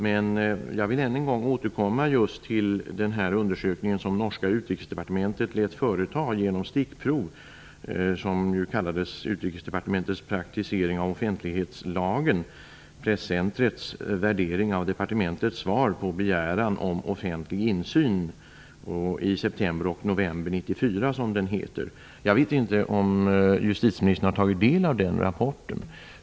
Men jag vill återkomma till den undersökning som norska utrikesdepartementet lät företa i september och november 1994 genom stickprov och som kallades Utrikesdepartementets praktisering av offentlighetslagen, presscentrets värdering av departementets svar på begäran om offentlig insyn. Jag vet inte om justitieministern har tagit del av rapporten.